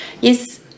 Yes